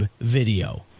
video